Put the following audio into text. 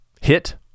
hit